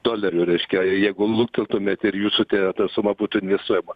dolerių reiškia jeigu lukteltumėt ir jūsų ta suma būtų investuojama